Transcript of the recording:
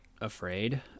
afraid